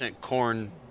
corn